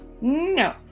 No